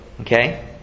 okay